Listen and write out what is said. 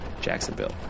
Jacksonville